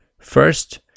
First